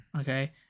Okay